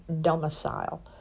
domicile